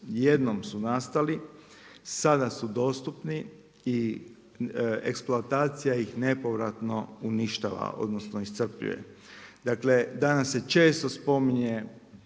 jednom su nastali sada su dostupni i eksploatacija ih nepovratno uništava odnosno iscrpljuje. Dakle danas se često spominje